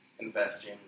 Investing